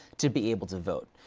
to be able to vote.